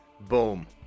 boom